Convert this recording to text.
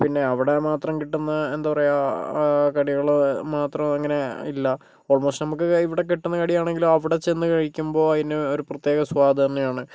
പിന്നെ അവിടെ മാത്രം കിട്ടുന്ന എന്താ പറയുക കടികള് മാത്രം അങ്ങനെ ഇല്ല ഓൾമോസ്റ്റ് നമുക്ക് ഇവിടെ കിട്ടുന്ന കടിയാണെങ്കിലും അവിടെ ചെന്ന് കഴിക്കുമ്പോൾ അയിന് ഒരു പ്രത്യേക സ്വാദ് തന്നെയാണ്